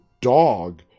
dog